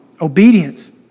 obedience